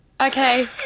okay